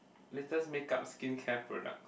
latest make up skin care product